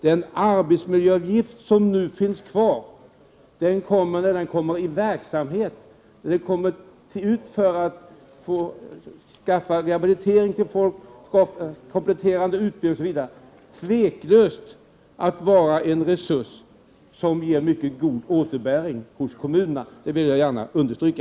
Den arbetsmiljöavgift som nu finns kvar kommer när den kommer till utförande och går till rehabilitering, kompletterande utbildning osv. tveklöst att vara en resurs som ger mycket god återbäring hos kommunerna — det vill jag gärna understryka.